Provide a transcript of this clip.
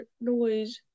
noise